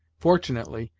fortunately,